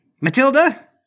Matilda